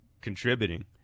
contributing